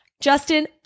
Justin